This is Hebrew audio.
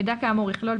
מידע כאמור יכלול,